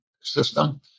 system